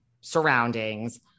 surroundings